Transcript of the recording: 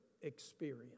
experience